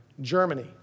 Germany